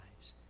lives